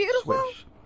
swish